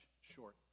short